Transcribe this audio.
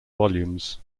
volumes